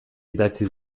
idatzi